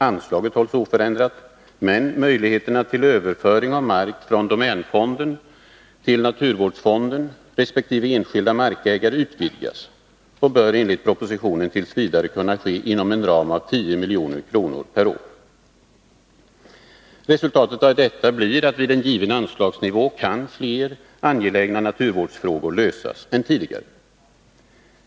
Anslaget hålls oförändrat, men möjligheterna till överföring av mark från domänfonden till naturvårdsfonden resp. enskilda markägare utvidgas och bör enligt propositionen t. v. kunna ske inom en ram av 10 milj.kr. per år. Resultatet av detta blir att vid en given anslagsnivå kan fler angelägna naturvårdsfrågor lösas än tidigare.